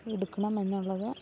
എടുക്കണമെന്നുള്ളത്